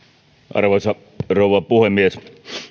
arvoisa rouva puhemies